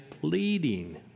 pleading